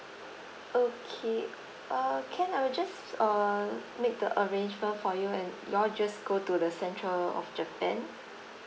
okay uh can I will just uh make the arrangement for you and you're just go to the central of japan